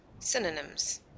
Synonyms